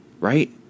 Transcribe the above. Right